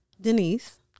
Denise